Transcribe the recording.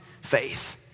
faith